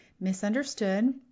misunderstood